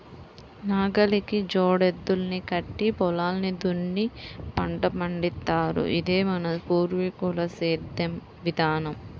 నాగలికి జోడెద్దుల్ని కట్టి పొలాన్ని దున్ని పంట పండిత్తారు, ఇదే మన పూర్వీకుల సేద్దెం విధానం